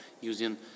using